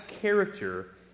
character